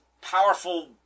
powerful